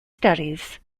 studies